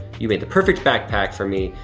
you made the perfect backpack for me